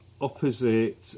opposite